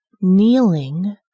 kneeling